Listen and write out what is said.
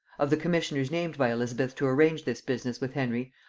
of the commissioners named by elizabeth to arrange this business with henry,